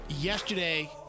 Yesterday